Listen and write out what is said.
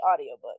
audiobook